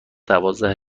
دوازده